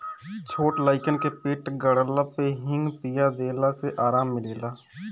छोट लइकन के पेट गड़ला पे हिंग पिया देला से आराम मिलेला